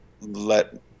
let